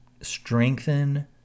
strengthen